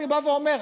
אני אומר,